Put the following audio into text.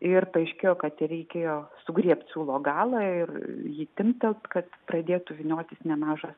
ir paaiškėjo kad reikėjo sugriebt siūlo galą ir jį timptelt kad pradėtų vyniotis nemažas